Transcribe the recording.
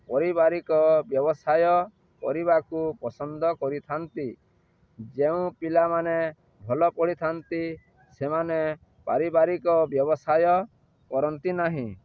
ପରିବାରିକ ବ୍ୟବସାୟ କରିବାକୁ ପସନ୍ଦ କରିଥାନ୍ତି ଯେଉଁ ପିଲାମାନେ ଭଲ ପଢ଼ିଥାନ୍ତି ସେମାନେ ପାରିବାରିକ ବ୍ୟବସାୟ କରନ୍ତି ନାହିଁ